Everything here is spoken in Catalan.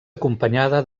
acompanyada